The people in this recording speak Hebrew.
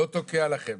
אני לא תוקע לכם.